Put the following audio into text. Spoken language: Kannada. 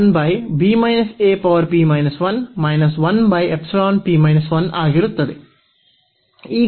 ಇದು ಆಗಿರುತ್ತದೆ